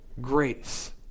grace